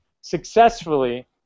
successfully